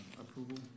approval